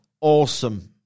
awesome